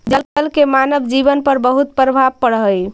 जल के मानव जीवन पर बहुत प्रभाव पड़ऽ हई